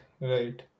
Right